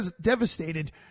devastated